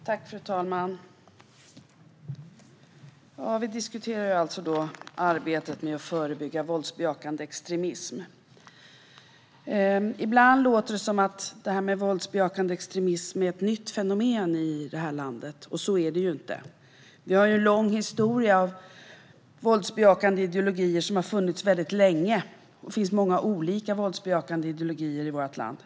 Fru talman! Vi diskuterar alltså arbetet med att förebygga våldsbejakande extremism. Ibland låter det som att detta är ett nytt fenomen i det här landet, men så är det inte. Vi har en lång historia av våldsbejakande ideologier. De har funnits länge. Det finns många, eller i alla fall flera, olika våldsbejakande rörelser i vårt land.